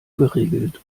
geregelt